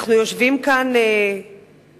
אנחנו יושבים כאן בכנסת,